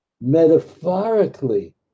metaphorically